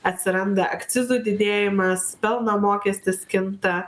atsiranda akcizų didėjimas pelno mokestis kinta